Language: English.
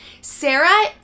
Sarah